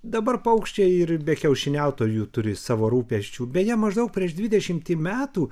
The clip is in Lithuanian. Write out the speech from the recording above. dabar paukščiai ir be kiaušiniautojė turi savo rūpesčių beje maždaug prieš dvidešimtį metų